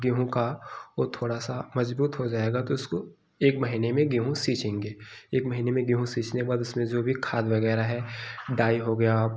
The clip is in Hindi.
गेहूँ का ओ थोड़ा सा मज़बूत हो जाएगा तो उसको एक महीने में गेहूँ सींचेंगे एक महीने में गेहूँ सींचने बाद उसमें जो भी खाद वगैरह है डाई हो गया